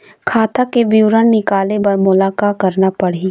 खाता के विवरण निकाले बर मोला का करना पड़ही?